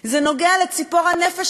זה נוגע לציפור הנפש,